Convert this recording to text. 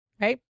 right